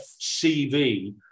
cv